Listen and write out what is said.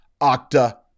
Octa